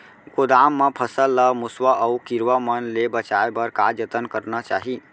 गोदाम मा फसल ला मुसवा अऊ कीरवा मन ले बचाये बर का जतन करना चाही?